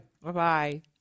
Bye-bye